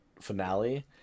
finale